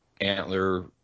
antler